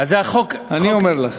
אני אומר לך.